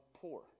poor